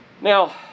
Now